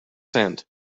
cent